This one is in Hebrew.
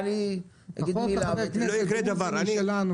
אני לא חושבת שהשאלה היא מי עושה אלא איך עושים.